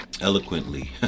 eloquently